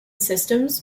systems